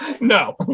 No